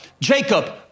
Jacob